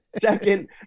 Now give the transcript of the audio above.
Second